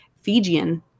Fijian